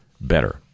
better